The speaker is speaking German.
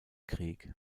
krieg